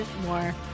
more